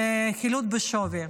חילוט בשווי.